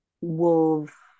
wolf